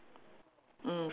mm